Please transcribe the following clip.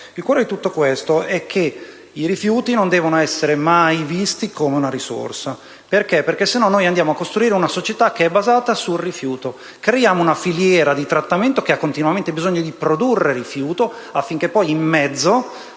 Il cuore di tutto questo è che i rifiuti non devono essere mai visti come una risorsa, perché altrimenti andiamo a costruire una società basata sul rifiuto; creiamo una filiera di trattamento che ha continuamente bisogno di produrre rifiuto affinché, in mezzo,